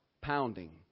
pounding